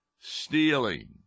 stealing